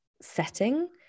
setting